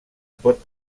pot